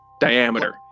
diameter